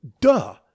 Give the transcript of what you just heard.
Duh